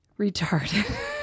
retarded